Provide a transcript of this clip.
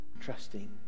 trusting